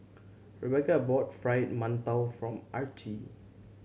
Rebeca brought Fried Mantou form Archie